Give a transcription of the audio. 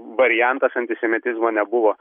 variantas antisemitizmo nebuvo